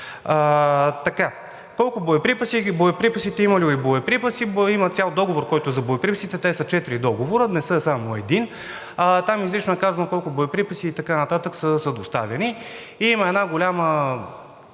колко боеприпаси, има ли боеприпаси? Има цял договор, който е за боеприпасите – те са четири договора, не е само един. Там изрично е казано колко боеприпаси са доставени. Има една голяма